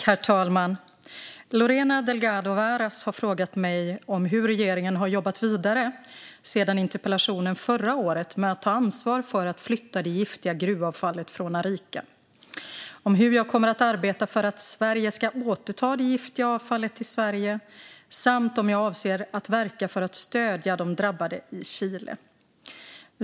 Herr talman! Lorena Delgado Varas har frågat mig hur regeringen har jobbat vidare sedan interpellationen förra året med att ta ansvar för att flytta det giftiga gruvavfallet från Arica, hur jag kommer att arbeta för att Sverige ska återta det giftiga avfallet till Sverige samt om jag avser att verka för att stödja de drabbade i Chile.